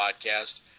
podcast